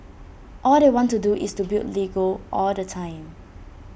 all they want to do is build Lego all the time